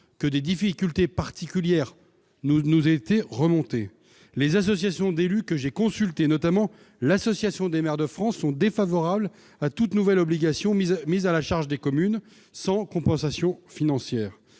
que des difficultés particulières nous était remontée, les associations d'élus que j'ai consulté notamment l'Association des maires de France sont défavorables à toutes nouvelles obligations mises mises à la charge des communes sans compensation financière,